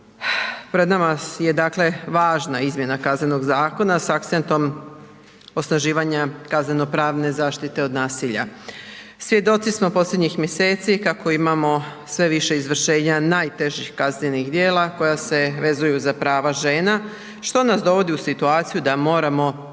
Pred nama je važna izmjena Kaznenog zakona s akcentom osnaživanja kaznenopravne zaštite od nasilja. Svjedoci smo posljednjih mjeseci kako imamo sve više izvršenja najtežih kaznenih djela koja se vezuju za prava žena što nas dovodi u situaciju da moramo ovoj temi